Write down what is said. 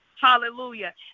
Hallelujah